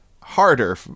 harder